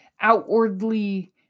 outwardly